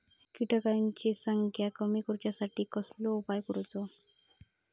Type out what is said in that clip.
किटकांची संख्या कमी करुच्यासाठी कसलो उपाय करूचो?